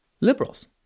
liberals